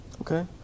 Okay